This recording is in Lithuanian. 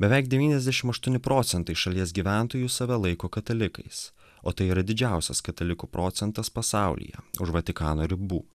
beveik devyniasdešim aštuoni procentai šalies gyventojų save laiko katalikais o tai yra didžiausias katalikų procentas pasaulyje už vatikano ribų